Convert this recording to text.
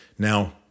Now